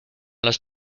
los